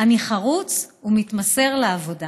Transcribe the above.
אני חרוץ ומתמסר לעבודה